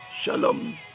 Shalom